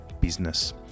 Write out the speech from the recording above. business